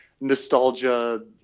nostalgia